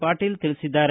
ಪಾಟೀಲ ತಿಳಿಸಿದ್ದಾರೆ